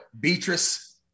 Beatrice